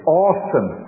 awesome